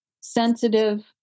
sensitive